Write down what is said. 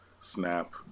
snap